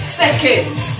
seconds